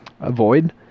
avoid